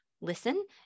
listen